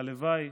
הלוואי